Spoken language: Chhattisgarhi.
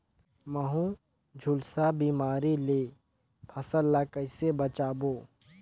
महू, झुलसा बिमारी ले फसल ल कइसे बचाबो?